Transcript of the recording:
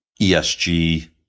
ESG